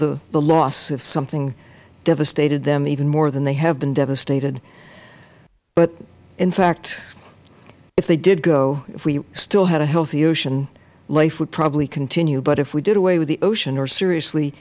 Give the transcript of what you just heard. feel the loss if something devastated them even more than they have been devastated but in fact if they did go if we still had a healthy ocean life would probably continue but if we did away with the ocean or seriously